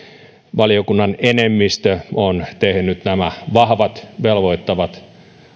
valiokunnan enemmistö on tehnyt nämä vahvat velvoittavat